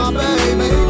baby